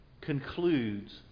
concludes